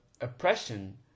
oppression